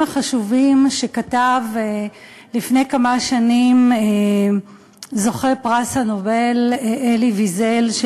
החשובים שכתב לפני כמה שנים זוכה פרס נובל אלי ויזל,